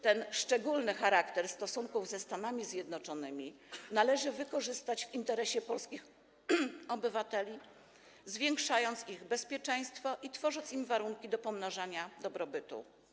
Ten szczególny charakter stosunków ze Stanami Zjednoczonymi należy wykorzystać w interesie polskich obywateli, zwiększając ich bezpieczeństwo i tworząc im warunki do pomnażania dobrobytu.